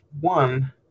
one